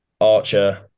Archer